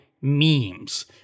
memes